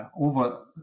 over